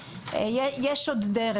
שיש עוד דרך,